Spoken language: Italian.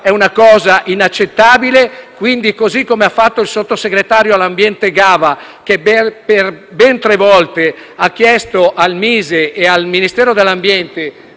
è una cosa inaccettabile, pertanto, così come ha fatto il sottosegretario all'ambiente Gava, che per ben tre volte ha chiesto al Ministero dello